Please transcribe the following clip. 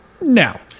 now